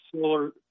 solar